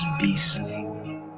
beastly